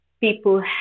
people